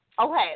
Okay